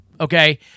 okay